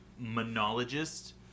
monologist